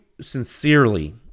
sincerely